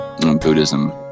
Buddhism